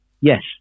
Yes